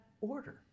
order